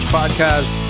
podcast